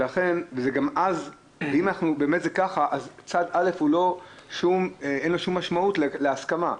אם באמת זה ככה, אז לצד א' אין שום משמעות להסכמה.